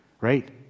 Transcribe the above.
right